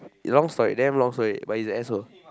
long story damn long story but he's an asshole